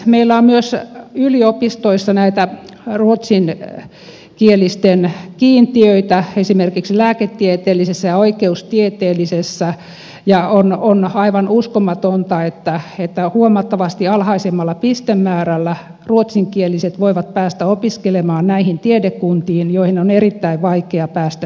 meillä on myös yliopistoissa näitä ruotsinkielisten kiintiöitä esimerkiksi lääketieteellisessä ja oikeustieteellisessä ja on aivan uskomatonta että huomattavasti alhaisemmalla pistemäärällä ruotsinkieliset voivat päästä opiskelemaan näihin tiedekuntiin joihin on erittäin vaikea päästä sisälle